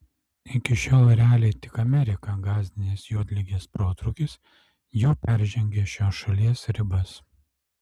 iki šiol realiai tik ameriką gąsdinęs juodligės protrūkis jau peržengė šios šalies ribas